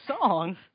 song